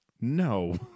No